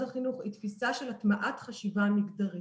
החינוך היא תפיסה של הטמעת חשיבה מגדרית.